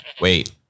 Wait